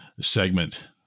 segment